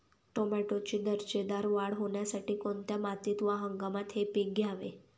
टोमॅटोची दर्जेदार वाढ होण्यासाठी कोणत्या मातीत व हंगामात हे पीक घ्यावे?